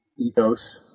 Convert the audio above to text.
ethos